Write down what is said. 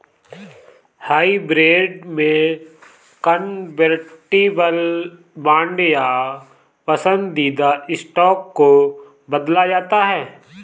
hybrid में convertible bond या पसंदीदा स्टॉक को बदला जाता है